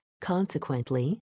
Consequently